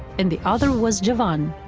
and the other was javan.